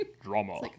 drama